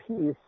peace